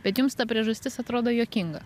bet jums ta priežastis atrodo juokinga